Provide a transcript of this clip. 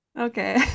okay